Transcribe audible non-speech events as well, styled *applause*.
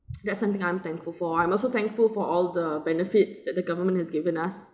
*noise* that's something I'm thankful for I'm also thankful for all the benefits that the government has given us